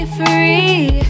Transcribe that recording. free